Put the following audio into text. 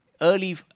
early